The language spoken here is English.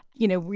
you know,